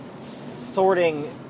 sorting